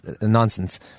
nonsense